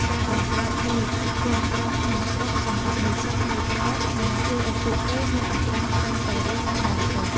ការបង្កើតមូលនិធិគាំទ្រក្នុងស្រុកសម្រាប់និស្សិតក្រីក្រនឹងជួយឱ្យពួកគេមានឱកាសចេញទៅរៀននៅបរទេស។